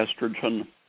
estrogen